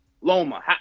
Loma